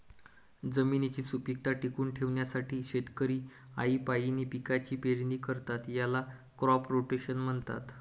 जमिनीची सुपीकता टिकवून ठेवण्यासाठी शेतकरी आळीपाळीने पिकांची पेरणी करतात, याला क्रॉप रोटेशन म्हणतात